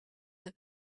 the